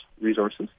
resources